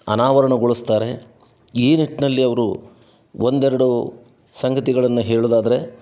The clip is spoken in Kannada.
ಅನಾವರಣಗೊಳಿಸ್ತಾರೆ ಈ ನಿಟ್ಟಿನಲ್ಲಿ ಅವರು ಒಂದೆರಡು ಸಂಗತಿಗಳನ್ನು ಹೇಳುವುದಾದ್ರೆ